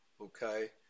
Okay